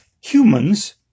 humans